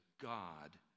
God